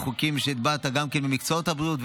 בחוקים שהטמעת גם במקצועות הבריאות,